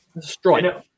strike